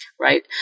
right